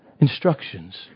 instructions